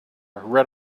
read